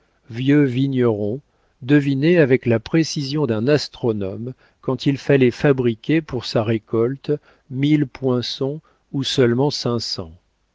vieux vigneron devinait avec la précision d'un astronome quand il fallait fabriquer pour sa récolte mille poinçons ou seulement